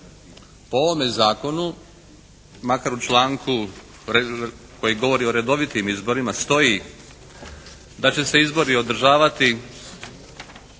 U ovome zakonu makar u članku koji govori o redovitim izborima stoji da će se izbori održavati